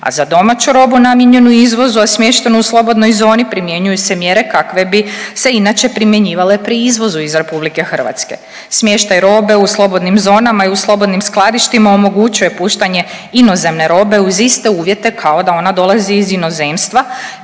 A za domaću robu namijenjenu izvozu, a smještenu u slobodnoj zoni primjenjuju se mjere kakve bi se inače primjenjivale pri izvozu iz RH. Smještaj robe u slobodnim zonama i u slobodnim skladištima omogućuje puštanje inozemne robe uz iste uvjete kao da ona dolazi iz inozemstva